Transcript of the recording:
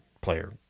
player